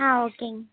ஆ ஓகேங்க